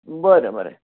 बरं बरं